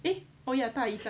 eh oh ya 大姨丈